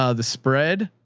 ah the spread,